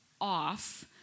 off